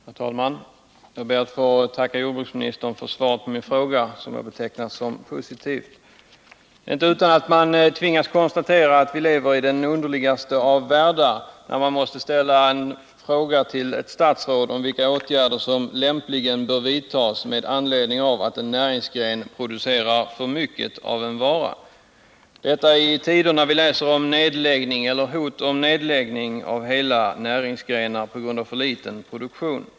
Herr talman! Jag ber att få tacka jordbruksministern för svaret på min fråga — jag betecknar svaret som positivt. Det är inte utan att man tvingas konstatera att vi lever i den underligaste av världar när man måste ställa en fråga till ett statsråd om vilka åtgärder som lämpligen bör vidtas med anledning av att en näringsgren producerar för ..1ycket av en vara. Detta i tider när vi läser om nedläggningar eller hot om nedläggning av hela näringsgrenar på grund av för låg produktion.